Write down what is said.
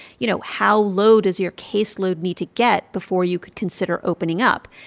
you know how low does your caseload need to get before you could consider opening up,